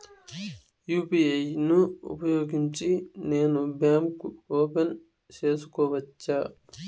UPI ను ఉపయోగించి నేను బ్యాంకు ఓపెన్ సేసుకోవచ్చా?